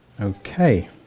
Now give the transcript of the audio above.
Okay